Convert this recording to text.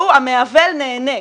שהוא המעוול נהנה.